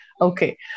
Okay